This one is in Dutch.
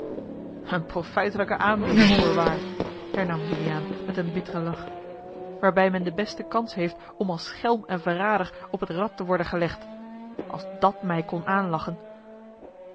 eene profijtelijke aanbieding voorwaar hernam juliaan met een bitteren lach waarbij men de beste kans heeft om als schelm en verrader op het rad te worden gelegd als dàt mij kon aanlachen